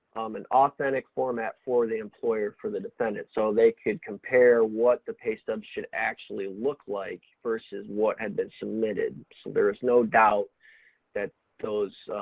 um an authentic format for the employer for the defendant, so they could compare what the pay stubs should actually look like, versus what had been submitted, so there is no doubt that those,